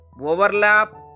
overlap